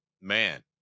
man